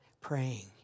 praying